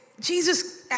Jesus